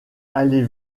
allez